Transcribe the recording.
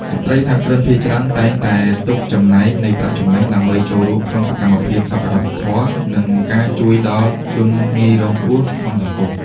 ស្ត្រីសហគ្រិនភាគច្រើនតែងតែទុកចំណែកនៃប្រាក់ចំណេញ ដើម្បីចូលរួមក្នុងសកម្មភាពសប្បុរសធម៌ និងការជួយដល់ជនងាយរងគ្រោះក្នុងសង្គម។